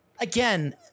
Again